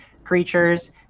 creatures